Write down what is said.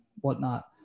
whatnot